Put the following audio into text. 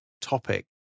topic